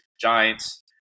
Giants